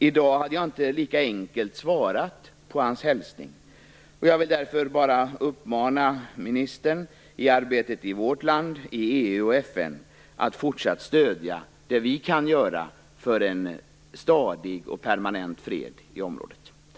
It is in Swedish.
I dag hade jag inte svarat lika enkelt på hans hälsning. Därför vill jag bara uppmana ministern att fortsätta att stödja det vi kan göra i vårt land, i EU och FN för en stadig och permanent fred i området.